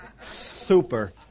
Super